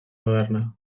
moderna